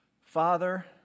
Father